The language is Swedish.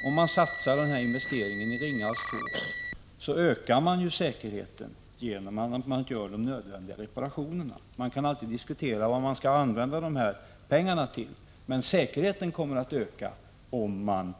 Om man gör denna investering i Ringhals 2, ökar man ju på samma gång säkerheten genom att de nödvändiga reparationerna görs. Man kan alltid diskutera vad dessa pengar skall användas till. Men säkerheten kommer att öka om man